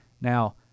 Now